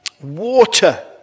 Water